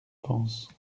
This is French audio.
pense